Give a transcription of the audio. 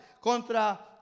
contra